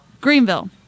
Greenville